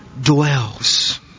dwells